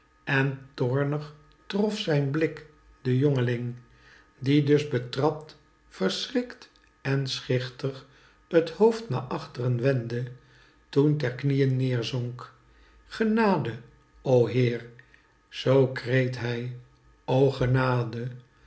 en toornig trof zijn blik denjongeling die dus betrapt verschrikt en schichtig t hoofd naar achtren wendde toen ter knieen neerzonk genade o heer zoo kreet hij